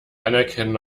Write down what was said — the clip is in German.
anerkennen